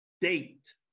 date